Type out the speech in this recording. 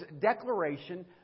declaration